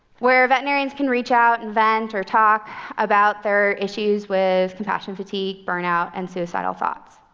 where veterinarians can reach out and vent or talk about their issues with compassion fatigue, burnout, and suicidal thoughts.